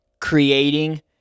creating